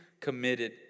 committed